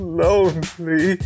lonely